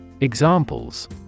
Examples